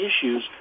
issues